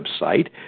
website